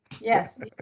Yes